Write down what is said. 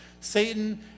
satan